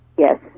Yes